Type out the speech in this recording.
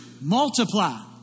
Multiply